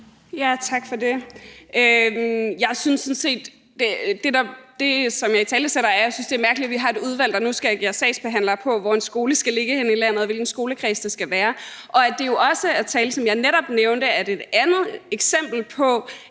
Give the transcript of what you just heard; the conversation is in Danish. Tak for det. Det, som jeg italesætter, er, at jeg synes, det er mærkeligt, at vi har et udvalg, der nu skal agere sagsbehandler på, hvor en skole skal ligge henne i landet, og hvilken skolekreds det skal være, og at der jo også, som jeg netop nævnte, er et andet eksempel på,